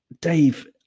Dave